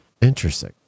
interesting